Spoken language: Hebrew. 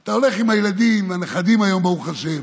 אתה הולך עם הילדים והנכדים היום, ברוך השם,